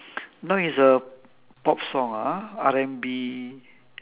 now is a pop song ah R&B